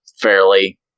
fairly